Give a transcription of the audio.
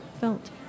felt